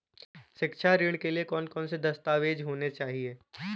शिक्षा ऋण के लिए कौन कौन से दस्तावेज होने चाहिए?